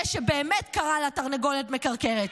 זה שבאמת קרא לה תרנגולת מקרקרת.